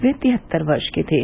वे तिहत्तर वर्ष के थे